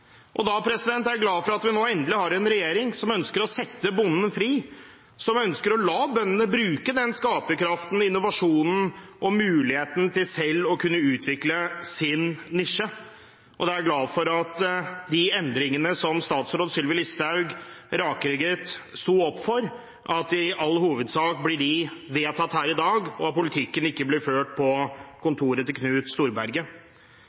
alle. Da er jeg glad for at vi nå endelig har en regjering som ønsker å sette bonden fri, som ønsker å la bøndene bruke denne skaperkraften, innovasjonen og muligheten til selv å kunne utvikle sin nisje, og da er jeg glad for at de endringene som statsråd Sylvi Listhaug rakrygget sto opp for, i all hovedsak blir vedtatt her i dag, og at politikken ikke blir ført på kontoret til Knut Storberget.